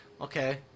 okay